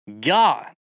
God